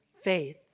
faith